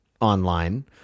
online